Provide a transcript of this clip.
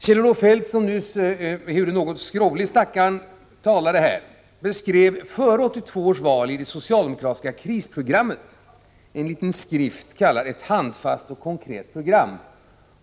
Den tredje vägens politik beskrevs före valet 1982 av Kjell-Olof Feldt, som nyss — ehuru något skrovlig i rösten — talade här, i det socialdemokratiska krisprogrammet, en liten skrift kallad ”Ett handfast och konkret program”.